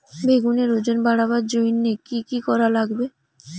বেগুনের ওজন বাড়াবার জইন্যে কি কি করা লাগবে?